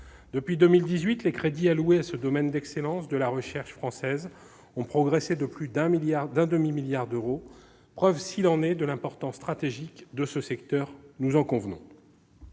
Depuis 2018, les crédits alloués à ce domaine d'excellence de la recherche française ont progressé de plus d'un demi-milliard d'euros, preuve s'il en est de l'importance stratégique de ce secteur, nous en convenons.